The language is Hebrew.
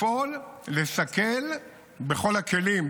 לפעול לסכל בכל הכלים.